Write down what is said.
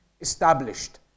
established